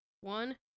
one